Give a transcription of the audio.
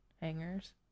hangers